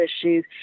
issues